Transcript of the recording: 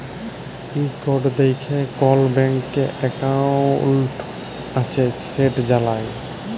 এই কড দ্যাইখে কল ব্যাংকে একাউল্ট আছে সেট জালা যায়